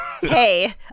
Hey